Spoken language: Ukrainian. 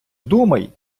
думай